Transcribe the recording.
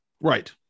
Right